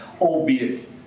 albeit